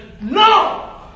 No